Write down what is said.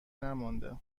نمانده